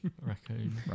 Raccoon